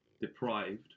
deprived